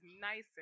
nicer